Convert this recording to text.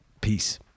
Peace